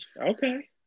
Okay